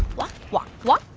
walk, walk, walk.